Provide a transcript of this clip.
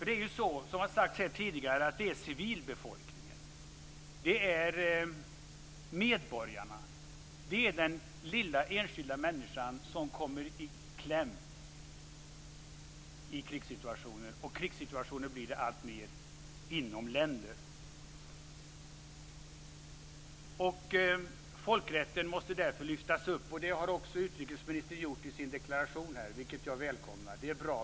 Det är, som det har sagts här tidigare, civilbefolkningen, medborgarna, den lilla enskilda människan som kommer i kläm i krigssituationer, och krigssituationer blir det alltmer inom länder. Folkrätten måste därför lyftas upp, och det har också utrikesministern gjort i sin deklaration, vilket jag välkomnar. Det är bra.